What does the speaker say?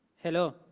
hello,